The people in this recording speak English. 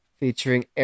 Featuring